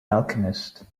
alchemist